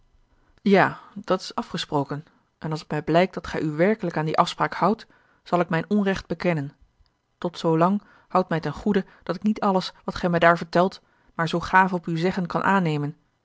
ja dat is afgesproken en als het mij blijkt dat gij u werkelijk aan die afspraak houdt zal ik mijn onrecht bekennen tot zoolang houd mij ten goede dat ik niet alles wat gij mij daar vertelt maar zoo gaaf op uw zeggen kan aannemen